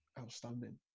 outstanding